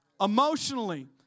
emotionally